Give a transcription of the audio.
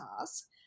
ask